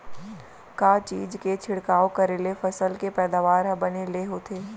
का चीज के छिड़काव करें ले फसल के पैदावार ह बने ले होथे?